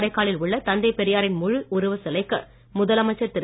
காரைக்காலில் உள்ள தந்தை பெரியாரின் முழு உருவச் சிலைக்கு முதலமைச்சர் திரு